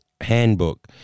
handbook